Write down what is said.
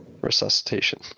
resuscitation